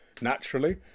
naturally